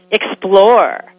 Explore